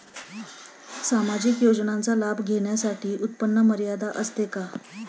सामाजिक योजनांचा लाभ घेण्यासाठी उत्पन्न मर्यादा असते का?